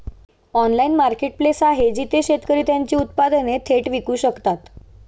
Online marketplace आहे जिथे शेतकरी त्यांची उत्पादने थेट विकू शकतात?